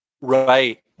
Right